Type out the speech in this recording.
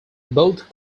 both